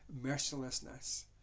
mercilessness